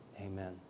Amen